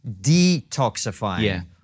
detoxifying